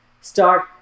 start